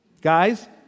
Guys